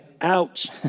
ouch